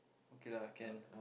okay lah can